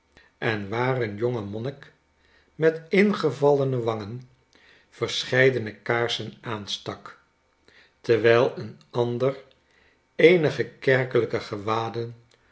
en waar een jongemonnik met ingevallene wangen verscheidene kaarsen aanstak terwijl een ander eenige kerkelijke